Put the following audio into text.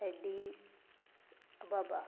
ਐਡੀਸ Ababa